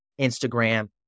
Instagram